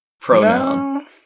pronoun